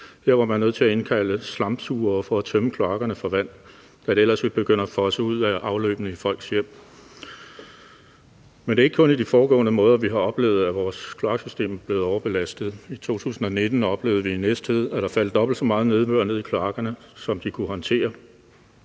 Her var man nødt til at indkalde slamsugere for at tømme kloakkerne for vand, da det ellers ville begynde at fosse ud af afløbene i folks hjem. Men det er ikke kun i de foregående måneder, vi har oplevet, at vores kloaksystemer er blevet overbelastet. I 2019 oplevede vi i Næstved, at der faldt dobbelt så meget nedbør ned i kloakkerne, som de kunne håndtere.